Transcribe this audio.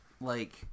like-